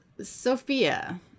Sophia